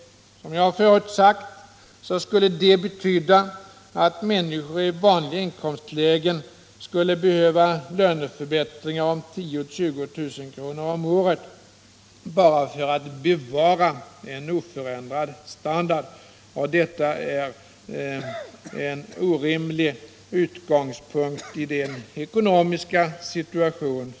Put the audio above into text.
Som jag förut sagt skulle människor i vanliga inkomstlägen utan en skatteomläggning behöva löneförbättringar på 10 000-20 000 kr. om året bara för att bevara en oförändrad standard. Det är en orimlig utgångspunkt i Sveriges nuvarande ekonomiska situation.